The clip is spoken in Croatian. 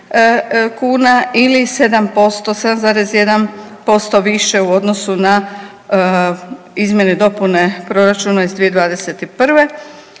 kuna ili 7%, 7,1% više u odnosu na izmjene i dopune Proračuna iz 2021.,